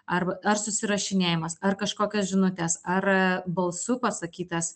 arba ar susirašinėjimas ar kažkokios žinutės ar balsu pasakytas